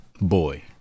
boy